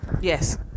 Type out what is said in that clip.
Yes